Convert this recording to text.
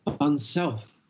unself